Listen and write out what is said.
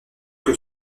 que